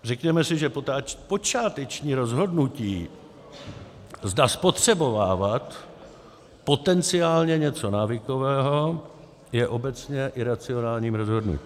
Řekněme si, že počáteční rozhodnutí, zda spotřebovávat potenciálně něco návykového, je obecně iracionálním rozhodnutím.